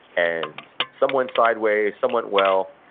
and some went sideways, some went well.